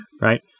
right